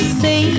say